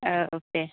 औ दे